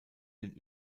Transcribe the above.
den